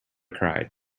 cried